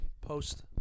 post